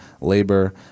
labor